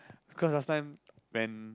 cause last time when